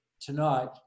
tonight